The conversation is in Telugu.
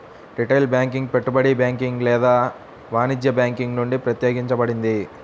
రిటైల్ బ్యాంకింగ్ పెట్టుబడి బ్యాంకింగ్ లేదా వాణిజ్య బ్యాంకింగ్ నుండి ప్రత్యేకించబడింది